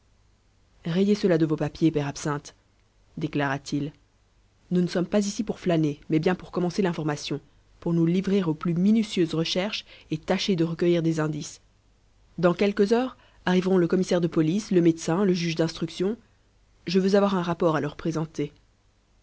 rayez cela de vos papiers père absinthe déclara-t-il nous ne sommes pas ici pour flâner mais bien pour commencer l'information pour nous livrer aux plus minutieuses recherches et tâcher de recueillir des indices dans quelques heures arriveront le commissaire de police le médecin le juge d'instruction je veux avoir un rapport à leur présenter